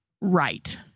right